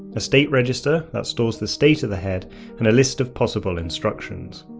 a state register that stores the state of the head and a list of possible instructions.